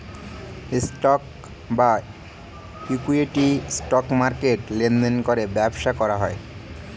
stock বা equity, stock মার্কেটে লেনদেন করে ব্যবসা করা হয়